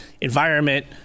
environment